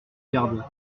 gardes